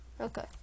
Okay